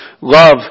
Love